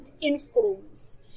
influence